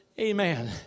Amen